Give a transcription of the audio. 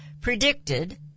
predicted